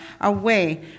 away